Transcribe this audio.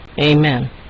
Amen